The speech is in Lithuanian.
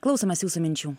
klausomės jūsų minčių